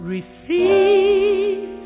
Receive